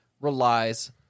relies